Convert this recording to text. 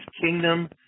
kingdom